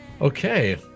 okay